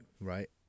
Right